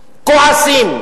כועסים,